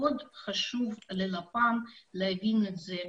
מאוד חשוב ללפ"מ להבין את זה,